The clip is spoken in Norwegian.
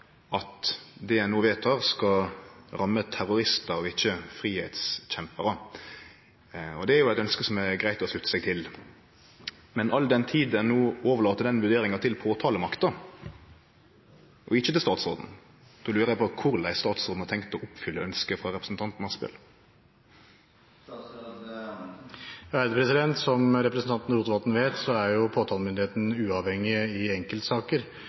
at det ein no vedtek, skal ramme terroristar og ikkje fridomskjemparar, og det er eit ønske det er greitt å slutte seg til. Men all den tid ein no overlèt den vurderinga til påtalemakta – og ikkje til statsråden – lurer eg på korleis statsråden har tenkt å oppfylle ønsket frå representanten Asphjell. Som representanten Rotevatn vet, er påtalemyndigheten uavhengig i enkeltsaker,